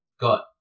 got